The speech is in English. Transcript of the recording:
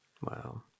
Wow